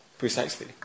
Precisely